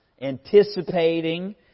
anticipating